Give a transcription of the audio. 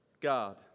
God